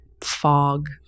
fog